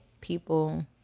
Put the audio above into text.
people